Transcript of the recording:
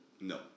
No